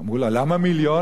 אמרו לה, למה מיליון?